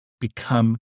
become